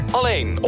Alleen